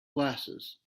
glasses